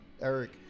Eric